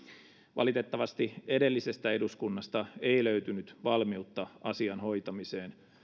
valitettavasti edellisestä eduskunnasta ei löytynyt valmiutta asian hoitamiseen